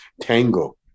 Tango